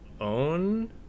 own